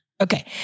Okay